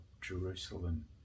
Jerusalem